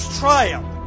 triumph